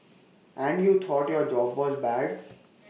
and you thought your job was bad